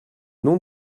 nom